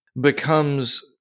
becomes